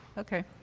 okay.